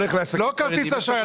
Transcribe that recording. לא כרטיס אשראי.